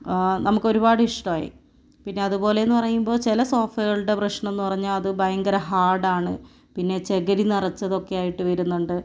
നമുക്ക് ഒരുപാട് ഇഷ്ടമായി പിന്നെ അതുപോലെയെന്ന് പറയുമ്പോൾ ചില സോഫകളുടെ പ്രശ്നം എന്നു പറഞ്ഞാൽ അത് ഭയങ്കര ഹാർഡാണ് പിന്നെ ചകിരി നിറച്ചതൊക്കെയായിട്ട് വരുന്നുണ്ട്